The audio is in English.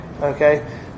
Okay